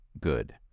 good